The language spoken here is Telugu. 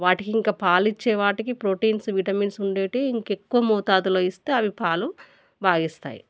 వాటికి ఇంకా పాాలు ఇచ్చే వాటికి ప్రోటీన్స్ విటమిన్స్ ఉండేవి ఇంకెక్కువ మోతాదులో ఇస్తే అవి పాలు బాగా ఇస్తాయి